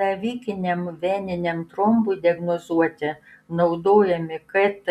navikiniam veniniam trombui diagnozuoti naudojami kt